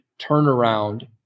turnaround